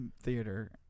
theater